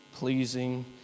Pleasing